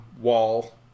wall